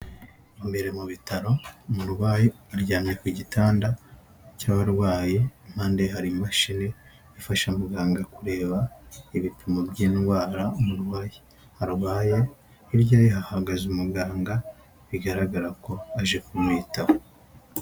Imbere mu bitaro, umurwayi aryamye ku gitanda cy'abarwayi, impande ye hari imashini ifasha muganga kureba ibipimo by'indwara umurwayi arwaye, hirya ye hahagaze umuganga bigaragara ko aje kumwitaho.